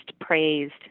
praised